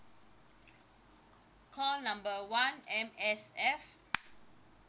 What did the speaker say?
call number one M_S_F